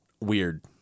weird